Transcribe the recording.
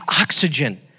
oxygen